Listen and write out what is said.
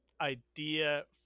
idea